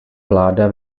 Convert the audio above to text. vláda